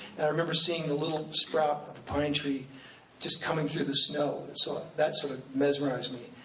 and i remember seeing the little sprout of a pine tree just coming through the snow, so that sort of mesmerized me.